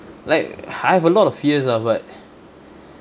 like I have a lot of fears ah but